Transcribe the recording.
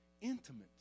intimate